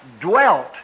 dwelt